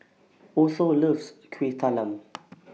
Otho loves Kuih Talam